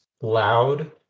loud